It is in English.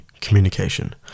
communication